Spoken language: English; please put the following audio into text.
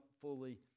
fully